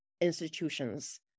institutions